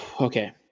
Okay